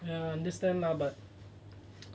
ya understand lah but